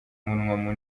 umunwa